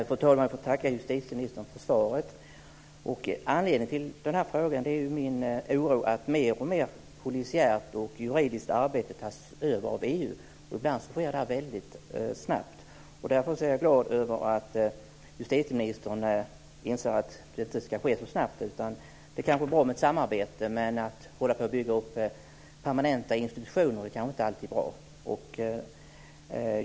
Fru talman! Jag tackar justitieministern för svaret. Anledningen till frågan är min oro att mer och mer polisiärt och juridiskt arbete tas över av EU. Ibland sker det väldigt snabbt. Jag är glad att justitieministern anser att det inte ska ske så snabbt. Det kanske är bra med ett samarbete, men att bygga upp permanenta institutioner kanske inte alltid är bra.